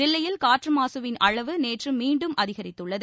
தில்லியில் காற்று மாசின் அளவு நேற்று மீண்டும் அதிகரித்துள்ளது